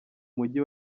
mujyi